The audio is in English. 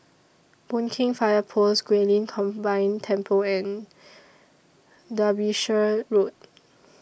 Boon Keng Fire Post Guilin Combined Temple and Derbyshire Road